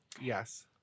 Yes